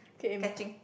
catching